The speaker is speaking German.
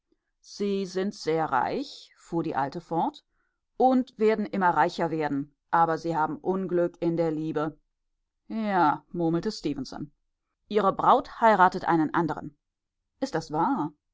sie sind sehr reich fuhr die alte fort und werden immer reicher werden aber sie haben unglück in der liebe ja murmelte stefenson ihre braut heiratet einen anderen ist das wahr